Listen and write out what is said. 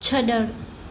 छड॒णु